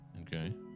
Okay